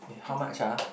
eh how much ah